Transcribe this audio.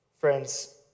Friends